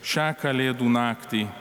šią kalėdų naktį